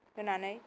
होनानै